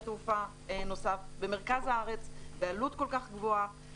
תעופה נוסף במרכז הארץ ובעלות כל כך גבוהה.